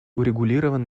урегулирован